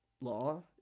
law